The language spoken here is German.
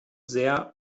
sehr